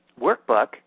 workbook